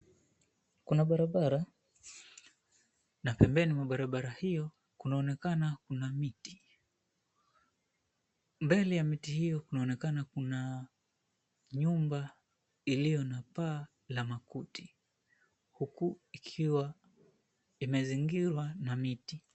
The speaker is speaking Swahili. Kuna barabara na pembeni mwa barabara hiyo kunaonekana kuna miti. Mbele ya miti hiyo kunaonekana kuna nyumba iliyo na paa la makuti huku ikiwa imezingirwa na miti.